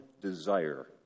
desire